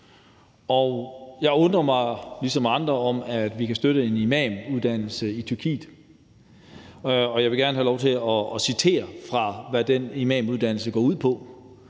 Jeg undrer mig ligesom andre over, at vi kan støtte en imamuddannelse i Tyrkiet, og jeg vil gerne have lov til at citere, hvad den imamuddannelse går ud på: